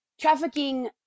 trafficking